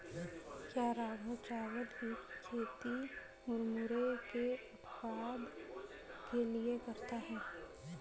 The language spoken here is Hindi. क्या राघव चावल की खेती मुरमुरे के उत्पाद के लिए करता है?